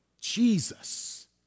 Jesus